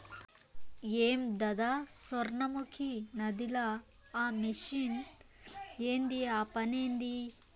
ఏందద సొర్ణముఖి నదిల ఆ మెషిన్ ఏంది ఆ పనేంది